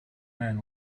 man